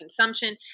consumption